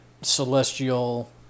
celestial